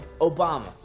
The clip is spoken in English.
Obama